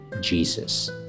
Jesus